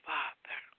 Father